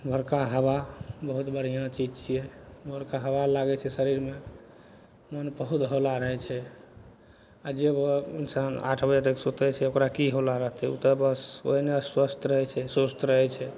भोरका हवा बहुत बढ़िआँ चीज छियै भोरका हवा लागय छै शरीरमे मोन बहुत हौला रहय छै आओर जे इंसान आठ बजे तक सुतय छै ओकरा की हौला रहतय ओ तऽ बस ओइमे अस्वस्थ रहय छै सुस्त रहय छै